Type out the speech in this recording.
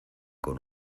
con